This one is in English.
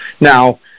Now